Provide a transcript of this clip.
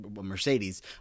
Mercedes